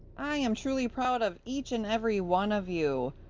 i am truly proud of each and every one of you!